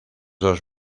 dos